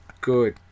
Good